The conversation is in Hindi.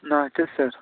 नमस्ते सर